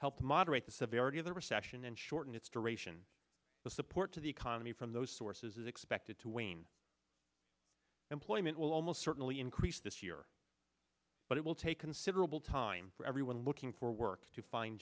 helped moderate the severity of the recession and shorten its duration of support to the economy from those sources expected to win employment will almost certainly increase this year but it will take considerable time for everyone looking for work to find